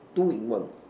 two in one